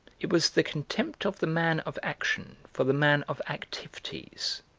it was the contempt of the man of action for the man of activities,